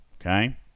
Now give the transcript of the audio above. Okay